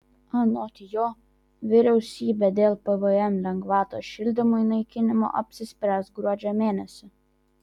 anot jo vyriausybė dėl pvm lengvatos šildymui naikinimo apsispręs gruodžio mėnesį